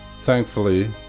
thankfully